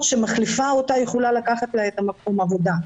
שמחליפה אותה יכולה לקחת לה את מקום העבודה,